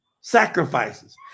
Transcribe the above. sacrifices